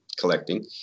collecting